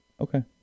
Okay